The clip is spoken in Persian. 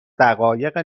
دقایق